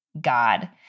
God